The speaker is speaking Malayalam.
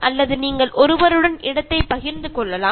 അല്ലെങ്കിൽ നിങ്ങളുടെ വാഹനത്തിൽ മറ്റൊരാളെ കൂടി കൂട്ടാം